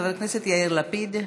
חבר הכנסת יאיר לפיד,